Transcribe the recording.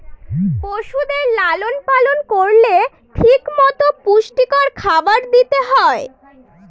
পশুদের লালন পালন করলে ঠিক মতো পুষ্টিকর খাবার দিতে হয়